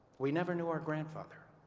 we never knew our grandfather.